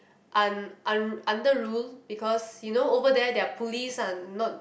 un~ un~ under rule because you know over there their police are not